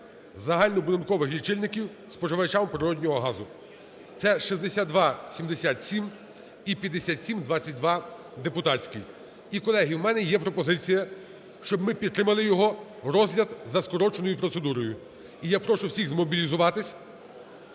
загальнобудинкових лічильників споживачам природного газу). Це 6277 і 5722-депутатський. І, колеги, в мене є пропозиція, щоб ми підтримали його розгляд за скороченою процедурою і я прошу всіх змобілізуватись,